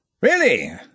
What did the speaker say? Really